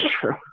true